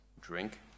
drink